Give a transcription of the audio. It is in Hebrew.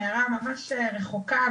עיירה ממש רחוקה,